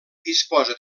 disposa